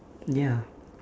ya